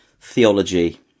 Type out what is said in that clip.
theology